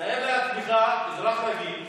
תאר לעצמך אזרח רגיל,